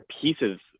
pieces